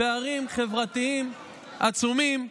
פערים חברתיים עצומים,